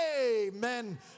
Amen